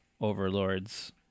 overlords